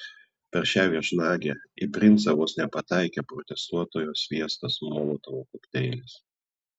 per šią viešnagę į princą vos nepataikė protestuotojo sviestas molotovo kokteilis